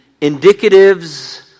indicatives